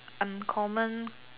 uncommon